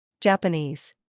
Japanese